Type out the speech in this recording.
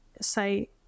say